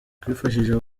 twifashishije